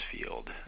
field